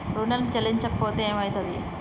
ఋణం చెల్లించకపోతే ఏమయితది?